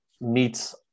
meets